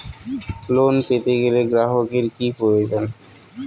Loan পেতে গেলে গ্রাহকের কি প্রয়োজন?